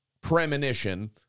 premonition